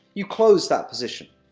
you close that position.